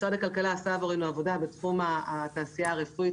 משרד הכלכלה עשה עבורנו עבודה בתחום התעשייה הרפואית